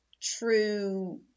true